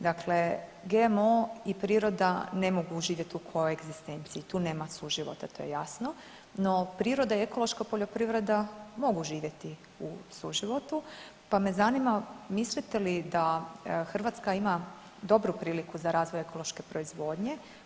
Dakle GMO i priroda ne mogu živjeti u koegzistenciji, tu nema suživota, to je jasno, no priroda i ekološka poljoprivreda mogu živjeti u suživotu pa me zanima, mislite li da Hrvatska ima dobru priliku za razvoj ekološke proizvodnje?